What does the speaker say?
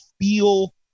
feel